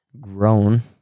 grown